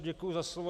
Děkuji za slovo.